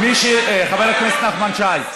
חבר הכנסת נחמן שי,